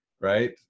right